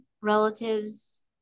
relatives